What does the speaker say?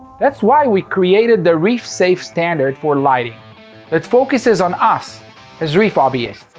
that's why we created the reef-safe standard for lighting that focuses on us as reef hobbyists.